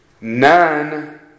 none